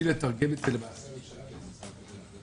בשביל לתרגם את זה למעשה הממשלה תצטרך לקבל